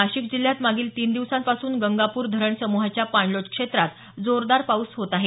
नाशिक जिल्ह्यात मागील तीन दिवसांपासून गंगापूर धरण समूहाच्या पाणलोट क्षेत्रात जोरदार पाऊस होत आहे